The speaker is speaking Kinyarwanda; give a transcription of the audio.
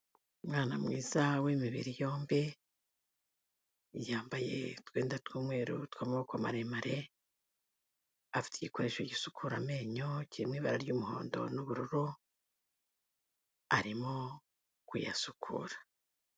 Umwana mwiza w'imibiri yombi, yambaye utwenda tw'umweru tw'amaboko maremare, afite igikoresho gisukura amenyo kiri mu ibara ry'umuhondo n'ubururu, arimo kuyasukura.